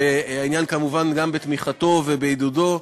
והעניין כמובן גם בתמיכתו ובעידודו,